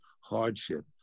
hardship